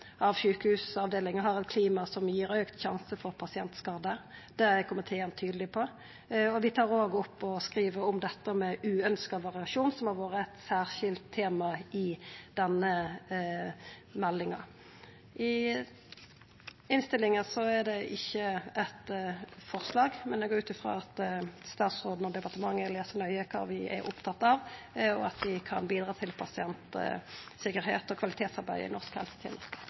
av sjukehusavdelingane har eit klima som gir auka sjanse for pasientskade. Det er komiteen tydeleg på. Vi tar òg opp og skriv om uønskt variasjon, som har vore eit særskilt tema i denne meldinga. I innstillinga er det ikkje forslag, men eg går ut frå at statsråden og departementet les nøye kva vi er opptatt av, og at vi kan bidra til pasientsikkerheit og kvalitetsarbeid i norsk